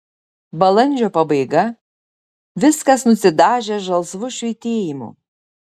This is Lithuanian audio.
balandžio pabaiga viskas nusidažę žalsvu švytėjimu